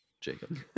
jacob